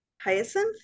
hyacinth